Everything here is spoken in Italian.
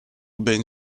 ben